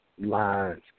lines